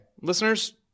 Listeners